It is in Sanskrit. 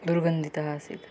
दुर्गन्धितः आसीत्